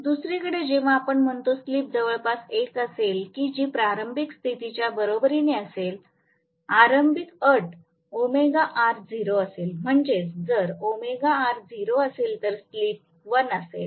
दुसरीकडे जेव्हा आपण म्हणतो स्लिप जवळपास 1 असेल की जी प्रारंभिक स्थितीच्या बरोबरीने असेल आरंभिक अट 0 असेल म्हणजेच जर 0 असेल तर स्लिप 1 असेल